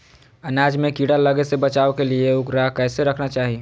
अनाज में कीड़ा लगे से बचावे के लिए, उकरा कैसे रखना चाही?